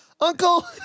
Uncle